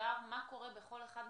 מסודר מה קורה בכל אחד מהתרחישים,